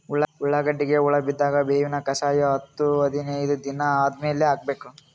ಉಳ್ಳಾಗಡ್ಡಿಗೆ ಹುಳ ಬಿದ್ದಾಗ ಬೇವಿನ ಕಷಾಯ ಹತ್ತು ಹದಿನೈದ ದಿನ ಆದಮೇಲೆ ಹಾಕಬೇಕ?